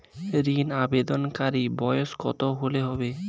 ঋন আবেদনকারী বয়স কত হতে হবে?